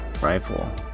Rifle